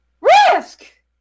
Risk